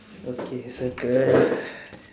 okay circle